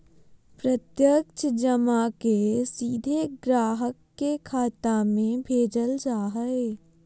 प्रत्यक्ष जमा के सीधे ग्राहक के खाता में भेजल जा हइ